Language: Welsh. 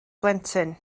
blentyn